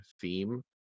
theme